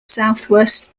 southwest